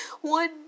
One